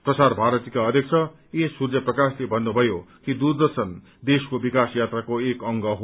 प्रसार भारतीका अध्यक्ष एसूर्यप्रकाशले भन्नुभयो कि दूरदर्शन देशको विकास यात्राको एक अंग हो